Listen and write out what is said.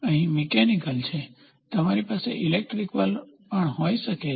અહીં મિકેનીકલ છે તમારી પાસે ઈલેક્ટ્રીકલ પણ હોઈ શકે છે